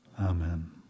Amen